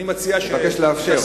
אני מבקש לאפשר.